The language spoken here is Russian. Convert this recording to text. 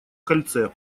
кольце